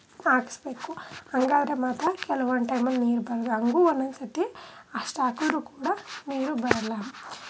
ಹಾಕ್ಸ್ಬೇಕು ಹಂಗಾದ್ರೆ ಮಾತ್ರ ಕೆಲವೊಂದು ಟೈಮಲ್ಲಿ ನೀರು ಬರೋದು ಹಂಗೂ ಒಂದೊಂದು ಸರ್ತಿ ಅಷ್ಟು ಹಾಕುದ್ರು ಕೂಡ ನೀರು ಬರಲ್ಲ